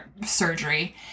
surgery